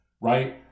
Right